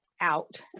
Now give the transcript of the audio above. out